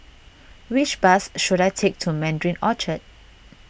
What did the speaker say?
which bus should I take to Mandarin Orchard